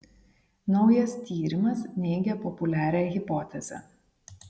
naujas tyrimas neigia populiarią hipotezę